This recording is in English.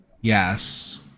Yes